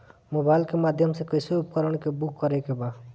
Mobile के माध्यम से कैसे उपकरण के बुक करेके बा?